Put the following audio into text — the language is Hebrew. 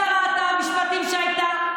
נגד שרת המשפטים שהייתה,